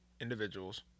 individuals